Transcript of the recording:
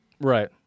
Right